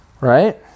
Right